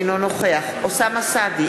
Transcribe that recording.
אינו נוכח אוסאמה סעדי,